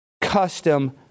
custom